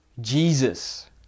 Jesus